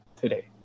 today